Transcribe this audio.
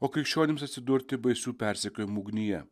o krikščionims atsidurti baisių persekiojimų ugnyje